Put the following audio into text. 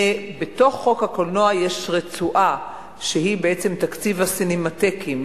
ובתוך הקולנוע יש רצועה שהיא בעצם תקציב הסינמטקים,